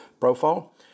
profile